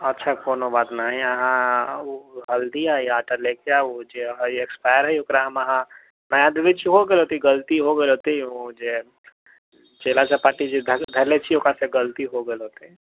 अच्छा कोनो बात न हइ अहाँ हल्दी आ आटा ले के आउ जे एक्सपाइर हइ ओकरा हम अहाँ नया आदमी छोहो गलती हो गेल अथी चेला चपाटी जे धरले छियै ओकर से गलती हो गेल हेतै